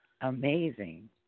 Amazing